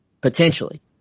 potentially